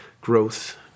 growth